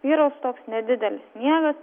vyraus toks nedidelis sniegas